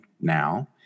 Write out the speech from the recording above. now